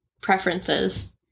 preferences